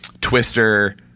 Twister